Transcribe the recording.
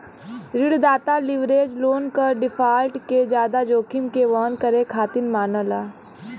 ऋणदाता leverage loan क default के जादा जोखिम के वहन करे खातिर मानला